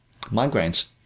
migraines